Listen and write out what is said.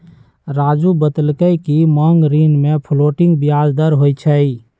राज़ू बतलकई कि मांग ऋण में फ्लोटिंग ब्याज दर होई छई